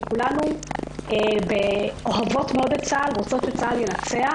כי כולנו אוהבות מאוד את צה"ל ורוצות שצה"ל ינצח,